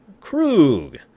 Krug